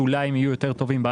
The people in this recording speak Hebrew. שאולי יהיו יותר טובים,